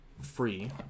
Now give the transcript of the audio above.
free